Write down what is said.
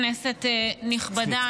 כנסת נכבדה,